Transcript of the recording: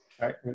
right